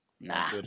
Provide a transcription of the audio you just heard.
Nah